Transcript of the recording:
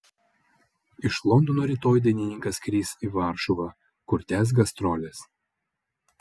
iš londono rytoj dainininkas skris į varšuvą kur tęs gastroles